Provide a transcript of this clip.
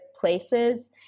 places